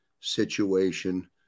situation